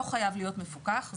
לא חייב להיות מפוקח,